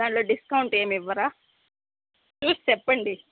దానిలో డిస్కౌంట్ ఏమి ఇవ్వరా చూసి చెప్పండి